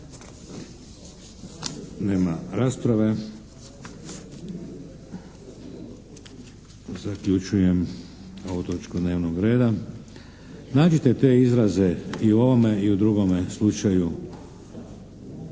Nema rasprave. Zaključujem ovu točku dnevnog reda. Nađite te izraze i u ovome i u drugome slučaju,